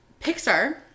Pixar